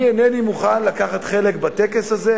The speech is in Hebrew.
אני אינני מוכן לקחת חלק בטקס הזה,